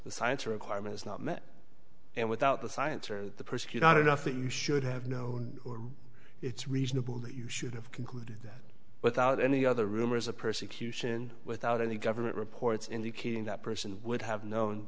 the science requirement is not met and without the science or the persecutor not enough that you should have known or it's reasonable that you should have concluded that without any other rumors of persecution without any government reports indicating that person would have known